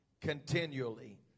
continually